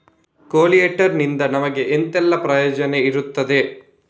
ಕೊಲ್ಯಟರ್ ನಿಂದ ನಮಗೆ ಎಂತ ಎಲ್ಲಾ ಪ್ರಯೋಜನ ಇರ್ತದೆ?